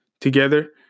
together